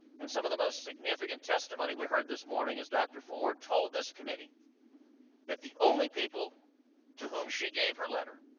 and some of the most significant testimony we heard this morning as doctor ford told this committee that the only people to whom she gave her letter